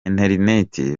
interineti